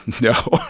No